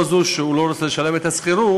לא זו בלבד שהוא לא רוצה לשלם את השכירות,